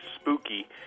spooky